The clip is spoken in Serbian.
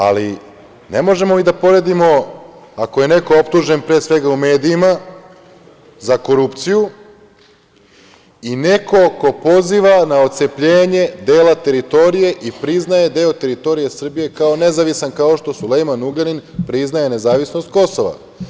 Ali, ne možemo mi da poredimo, ako je neko optužen, pre svega u medijima za korupciju, i neko ko poziva na otcepljenje dela teritorije i priznaje deo teritorije Srbije kao nezavisan, kao što Sulejman Ugljanin priznaje nezavisnost Kosova.